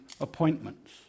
appointments